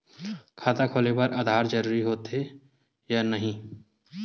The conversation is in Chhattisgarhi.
खाता खोले बार आधार जरूरी हो थे या नहीं?